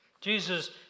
Jesus